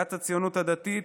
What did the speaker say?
סיעת הציונות הדתית,